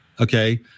okay